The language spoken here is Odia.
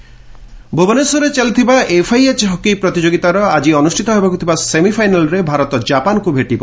ହକି ଇଣ୍ଡିଆ ଭୁବନେଶ୍ୱରରେ ଚାଲିଥିବା ଏଫ୍ଆଇଏଚ୍ ହକି ପ୍ରତିଯୋଗିତାର ଆଜି ଅନୁଷ୍ଠିତ ହେବାକୁଥିବା ସେମିଫାଇନାଲ୍ରେ ଭାରତ ଜାପାନକୁ ଭେଟିବ